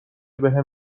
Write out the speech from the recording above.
بهم